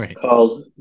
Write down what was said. called